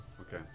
Okay